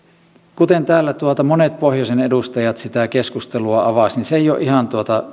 kuten täällä monet pohjoisen edustajat sitä keskustelua avasivat se ei ole ihan